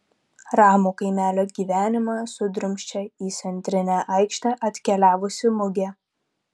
ramų kaimelio gyvenimą sudrumsčia į centrinę aikštę atkeliavusi mugė